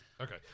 Okay